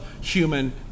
human